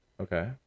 Okay